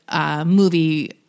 movie –